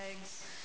eggs